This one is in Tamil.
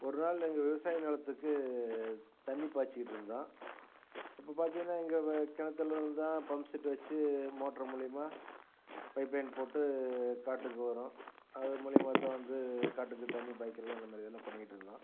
ஒரு நாள் எங்கள் விவசாய நிலத்துக்கு தண்ணி பாய்ச்சிக்கிட்ருந்தோம் அப்போ பார்த்தீங்கன்னா எங்கள் வ கிணத்தில் இருந்து தான் பம்பு செட் வெச்சு மோட்டரு மூலிமா பைப்லைன் போட்டு காட்டுக்கு வரும் அது மூலிமா தான் வந்து காட்டுக்கு தண்ணி பாய்க்கின்றது அந்த மாதிரி இதெல்லாம் பண்ணிக்கிட்டுருந்தோம்